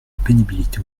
pénibilité